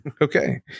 Okay